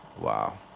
Wow